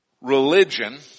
religion